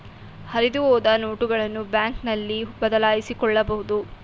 ಹರಿದುಹೋದ ನೋಟುಗಳನ್ನು ಬ್ಯಾಂಕ್ನಲ್ಲಿ ಬದಲಾಯಿಸಿಕೊಳ್ಳಬಹುದು